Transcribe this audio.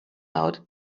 out